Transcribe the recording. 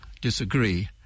disagree